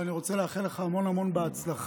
ואני רוצה לאחל לך המון המון בהצלחה,